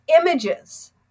images